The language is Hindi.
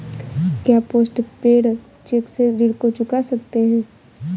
क्या पोस्ट पेड चेक से ऋण को चुका सकते हैं?